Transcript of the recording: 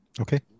Okay